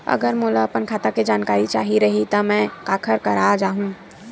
अगर मोला अपन खाता के जानकारी चाही रहि त मैं काखर करा जाहु?